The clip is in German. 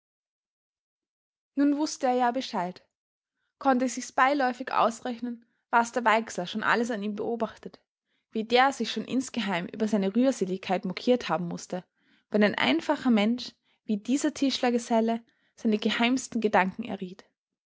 nun wußte er ja bescheid konnte sichs beiläufig ausrechnen was der weixler schon alles an ihm beobachtet wie der sich schon insgeheim über seine rührseligkeit mokiert haben mußte wenn ein einfacher mensch wie dieser tischlergeselle seine geheimsten gedanken erriet